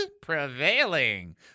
prevailing